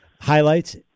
highlights